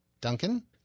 Duncan